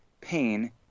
pain